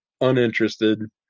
uninterested